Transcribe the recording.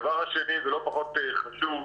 הדבר השני לא פחות חשוב,